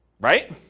right